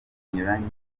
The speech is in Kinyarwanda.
binyuranye